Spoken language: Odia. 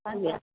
ଆଜ୍ଞା